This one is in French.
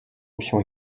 option